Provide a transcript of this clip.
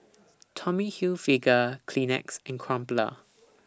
Tommy Hilfiger Kleenex and Crumpler